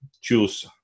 choose